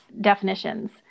definitions